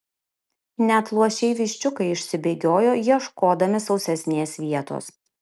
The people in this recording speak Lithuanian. net luošiai viščiukai išsibėgiojo ieškodami sausesnės vietos